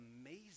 amazing